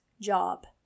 job